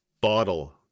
bottle